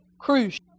cruise